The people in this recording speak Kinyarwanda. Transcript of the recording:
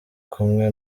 kumwe